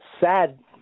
sad